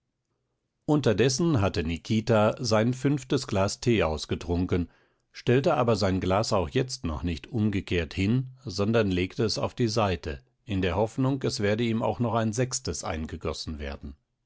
unterdessen hatte nikita sein fünftes glas tee ausgetrunken stellte aber sein glas auch jetzt noch nicht umgekehrt hin sondern legte es auf die seite in der hoffnung es werde ihm auch noch ein sechstes eingegossen werden